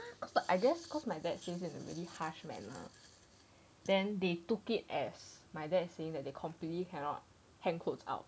cause I guess cause my dad says it in a really harsh manner then they took it as my dad saying they completely cannot hang clothes out